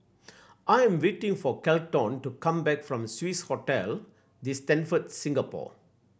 I am waiting for Kelton to come back from Swissotel The Stamford Singapore